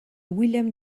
willem